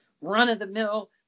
run-of-the-mill